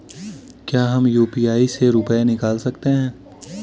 क्या हम यू.पी.आई से रुपये निकाल सकते हैं?